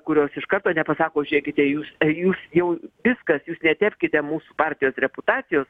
kurios iš karto nepasako žiūrėkite jūs jūs jau viskas jūs netepkite mūsų partijos reputacijos